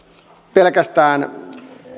pelkästään